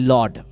Lord